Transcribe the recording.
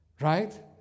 Right